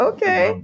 Okay